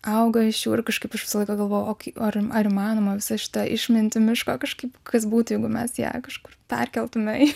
auga iš jų ir kažkaip aš visą laiką galvoju o ar ar įmanoma visą šitą išmintį miško kažkaip kas būtų jeigu mes ją kažkur perkeltume į